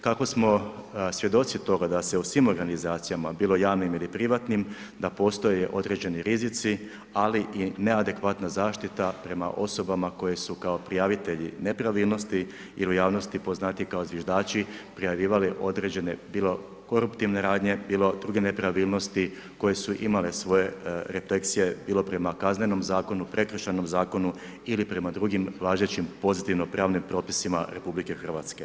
Kako smo svjedoci toga da se u svim organizacijama bilo javnim ili privatnim, da postoje određeni rizici ali i neadekvatna zaštita prema osobama koje su kao prijavitelji nepravilnosti ili u javnosti poznatiji kao zviždači prijavljivali određene bilo koruptivne radnje, bilo druge nepravilnosti koje su imale svoje refleksije bilo prema Kaznenom zakonu, Prekršajnom zakonu ili prema drugim važećim pozitivno pravnim propisima RH.